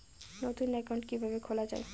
নতুন একাউন্ট কিভাবে খোলা য়ায়?